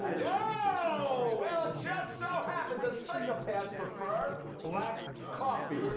you know well, it just so happens that psychopaths prefer black coffee. ooohhh!